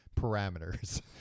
parameters